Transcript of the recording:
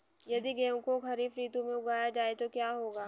यदि गेहूँ को खरीफ ऋतु में उगाया जाए तो क्या होगा?